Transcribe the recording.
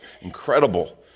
incredible